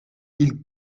ils